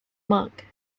monk